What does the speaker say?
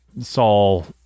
Saul